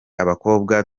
abakobwa